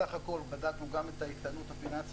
בסך הכול בדקנו גם את האיתנות הפיננסית,